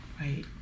right